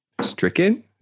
stricken